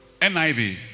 NIV